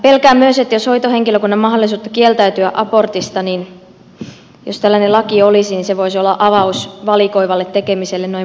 pelkään myös etten soita henkilökunnan maalliset kieltäytyä että jos tällainen laki olisi hoitohenkilökunnan mahdollisuus kieltäytyä abortista niin se voisi olla avaus valikoivalle tekemiselle noin muutenkin